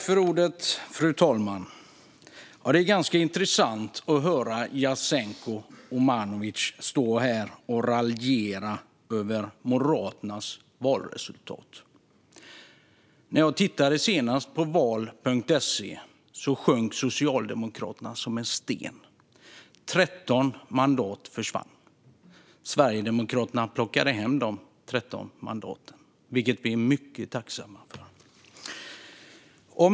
Fru talman! Det är ganska intressant att höra Jasenko Omanovic stå här och raljera över Moderaternas valresultat. När jag senast tittade på val.se sjönk Socialdemokraterna som en sten - 13 mandat försvann. Sverigedemokraterna plockade hem dessa 13 mandat, vilket vi är mycket tacksamma för.